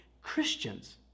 Christians